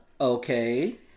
Okay